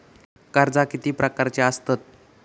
कर्जा किती प्रकारची आसतत